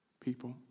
People